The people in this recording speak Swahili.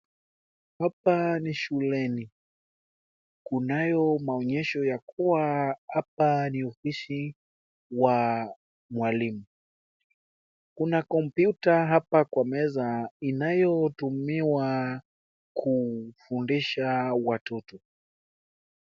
Hapa ni shuleni kunayo maonyesho ya kuwa hapa ni ofisi wa mwalimu, kuna kompyuta hapa kwa meza inayotumiwa kufundisha watoto.